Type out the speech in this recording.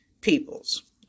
peoples